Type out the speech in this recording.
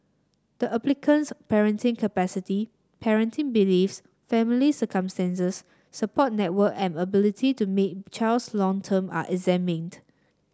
the applicant's parenting capacity parenting beliefs family circumstances support network and ability to meet child's long term are examined